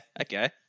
okay